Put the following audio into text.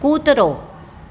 કૂતરો